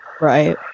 Right